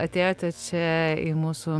atėjote čia į mūsų